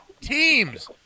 teams